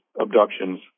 abductions